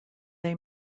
they